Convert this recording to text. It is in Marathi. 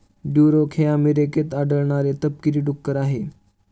ड्युरोक हे अमेरिकेत आढळणारे तपकिरी डुक्कर आहे